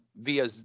via